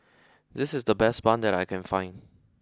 this is the best Bun that I can find